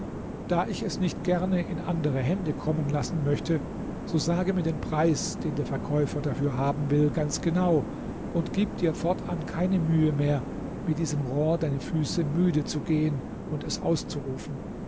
da ich es nicht gerne in andere hände kommen lassen möchte so sage mir den preis den der verkäufer dafür haben will ganz genau und gib dir fortan keine mühe mehr mit diesem rohr deine füße müde zu gehen und es auszurufen